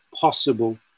possible